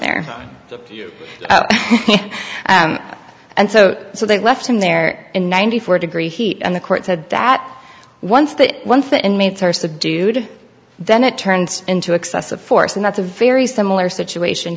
there and so so they left him there in ninety four degree heat and the court said that once that one thing made her subdued then it turned into excessive force and that's a very similar situation